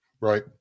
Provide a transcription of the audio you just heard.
right